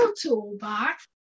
toolbox